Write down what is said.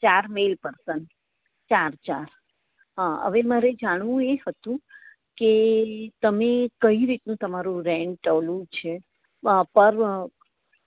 ચાર male person ચાર ચાર હા હવે મારે જાણવું એ હતું કે તમે કઈ રીતનું તમારું રેન્ટ છે